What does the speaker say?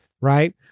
right